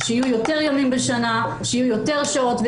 שיהיו יותר ימים בשנה, שיהיו יותר שעות.